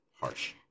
Harsh